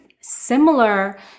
similar